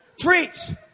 treats